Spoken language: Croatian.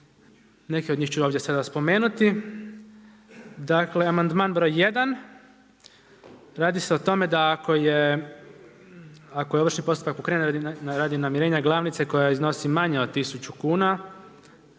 Neke od njih ću sada ovdje spomenuti. Dakle amandman br. 1, radi se o tome ako je ovršni postupak pokrenut radi namirenja glavnice koja iznosi manje od 1000 kuna